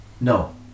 No